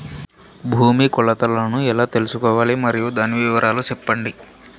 భూమి కొలతలను ఎలా తెల్సుకోవాలి? మరియు దాని వివరాలు సెప్పండి?